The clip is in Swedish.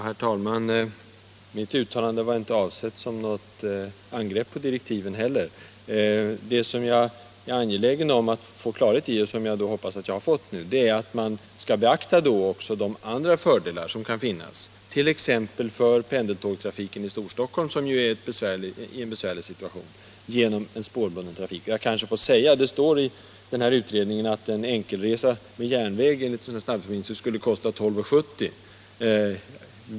Herr talman! Mitt uttalande var inte heller avsett som något angrepp på direktiven. Jag är angelägen att få bekräftat — och det hoppas jag att jag nu har fått — att man skall beakta också de andra fördelar som kan finnas med en spårbunden förbindelse Stockholm-Arlanda, t.ex. för pendeltågtrafiken i Storstockholm, som är i en besvärlig situation. I utredningen sägs att en enkel resa med järnväg med en sådan snabb förbindelse skulle kosta 12:70.